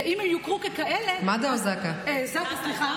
אם הם יוכרו ככאלה, יש לו סמכות